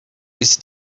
ist